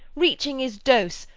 reaching his dose,